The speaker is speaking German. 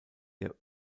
der